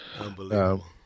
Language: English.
Unbelievable